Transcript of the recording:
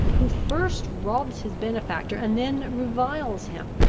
who first robs his benefactor, and then reviles him.